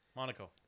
Monaco